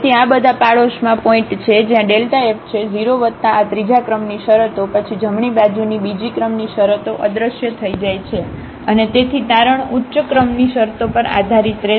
તેથી આ બધા પાડોશમાં પોઇન્ટ છે જ્યાં f છે 0 વત્તા આ ત્રીજા ક્રમની શરતો પછી જમણી બાજુની બીજી ક્રમની શરતો અદૃશ્ય થઈ જાય છે અને તેથી તારણ ઉચ્ચ ક્રમની શરતો પર આધારીત રહેશે